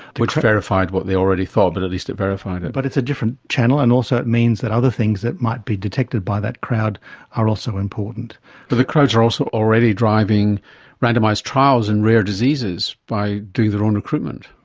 which verified what they already thought but at least it verified it. but it's a different channel and also it means that other things that might be detected by that crowd are also important. but the crowds are already driving randomised trials in rare diseases by doing their own recruitment.